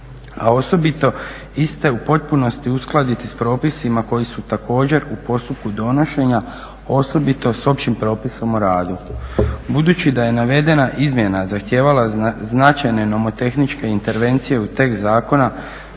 a osobito iste u potpunosti uskladiti s propisima koji su također u postupku donošenja, osobito s općim propisom o radu. Budući da je navedena izmjena zahtijevala značajne nomotehničke intervencije u tekst zakona